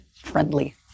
Friendly